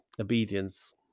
obedience